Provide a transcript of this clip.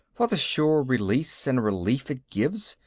for the sure release and relief it gives,